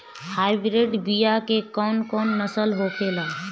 Hybrid बीया के कौन कौन नस्ल होखेला?